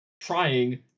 trying